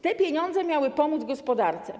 Te pieniądze miały pomóc gospodarce.